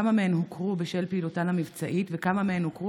כמה מהן הוכרו בשל פעילותן המבצעית וכמה מהן הוכרו